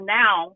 now